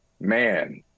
Man